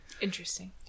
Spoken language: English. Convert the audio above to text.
interesting